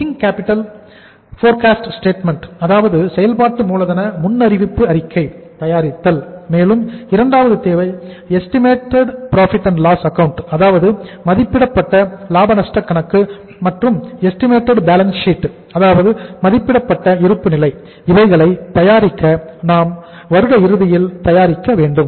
working capital forecast statement அதாவது மதிப்பிடப்பட்ட இருப்பு நிலை இவைகளை தயாரிக்க நாம் வருட இறுதியில் தயாராக இருக்க வேண்டும்